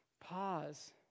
Pause